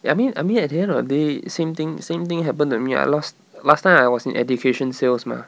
I mean I mean at the end of the day same thing same thing happened to me I lost last time I was in education sales mah